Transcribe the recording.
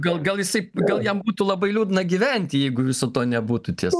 gal gal jisai gal jam būtų labai liūdna gyventi jeigu viso to nebūtų ties